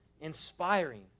inspiring